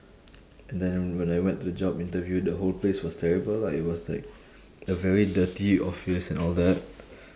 and then when I went to the job interview the whole place was terrible lah it was like a very dirty office and all that